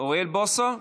אוריאל בוסו?